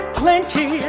plenty